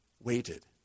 waited